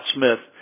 Smith